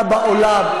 בעולם,